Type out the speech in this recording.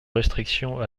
restriction